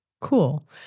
Cool